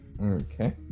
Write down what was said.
Okay